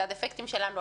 זה הדפקטים שלנו.